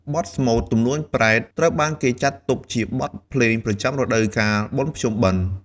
បទស្មូត ទំនួញប្រេត ត្រូវបានគេចាត់ទុកជាបទភ្លេងប្រចាំរដូវកាល បុណ្យភ្ជុំបិណ្ឌ។